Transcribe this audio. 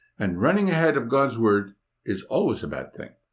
and running ahead of god's word is always a bad thing.